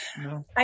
No